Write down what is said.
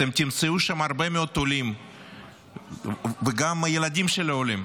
אתם תמצאו שם הרבה מאוד עולים וגם ילדים של עולים.